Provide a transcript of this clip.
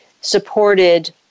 supported